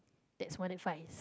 that's